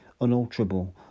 unalterable